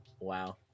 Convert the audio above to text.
Wow